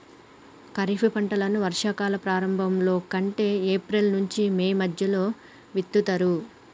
ఖరీఫ్ పంటలను వర్షా కాలం ప్రారంభం లో అంటే ఏప్రిల్ నుంచి మే మధ్యలో విత్తుతరు